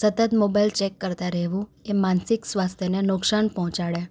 સતત mobile check કરતાં રહેવું એ માનસિક સ્વાસ્થ્યને નુકસાન પહોંચાડે